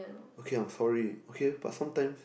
okay I'm sorry okay but sometime